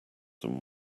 them